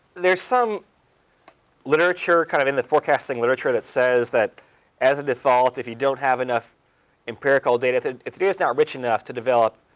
there's some literature, kind of in the forecasting literature, that says that as a default, if you don't have enough empirical data, if the data's not rich enough to develop